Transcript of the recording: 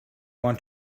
want